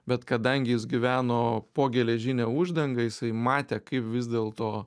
bet kadangi jis gyveno po geležine uždanga jisai matė kaip vis dėlto